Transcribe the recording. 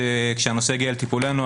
שכשהנושא היגיע לטיפולינו,